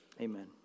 Amen